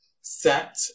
set